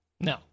No